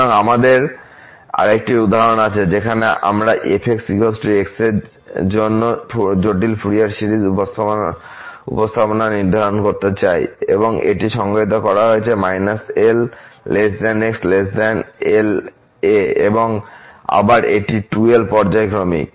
সুতরাং আমাদের আরেকটি উদাহরণ আছে যেখানে আমরা f x এর জন্য জটিল ফুরিয়ার সিরিজ উপস্থাপনা নির্ধারণ করতে চাইএবং এটি সংজ্ঞায়িত করা হয়েছে −l ∈ x ∈l এ এবং আবার এটি 2l পর্যায়ক্রমিক